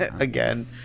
Again